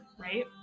right